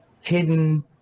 hidden